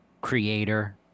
creator